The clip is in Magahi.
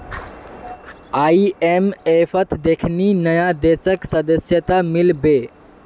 आईएमएफत देखनी नया देशक सदस्यता मिल बे